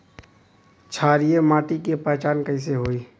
क्षारीय माटी के पहचान कैसे होई?